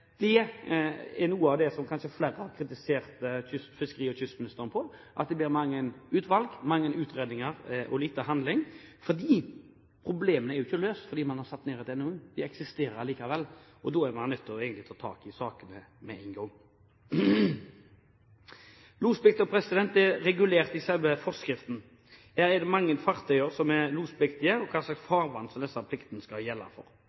Det er noe av det som kanskje flere har kritisert fiskeri- og kystministeren for, at det blir mange utvalg, mange utredninger og lite handling. For problemene er jo ikke løst selv om man har satt ned et utvalg for en NOU. De eksisterer likevel, og da er man egentlig nødt til å ta tak i sakene med en gang. Losplikten er regulert i selve forskriften. Her angis hvor mange fartøyer som er lospliktige, og hvilke farvann denne plikten gjelder for.